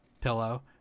pillow